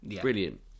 brilliant